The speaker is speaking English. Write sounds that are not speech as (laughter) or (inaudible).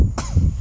(coughs)